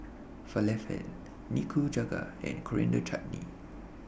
Falafel Nikujaga and Coriander Chutney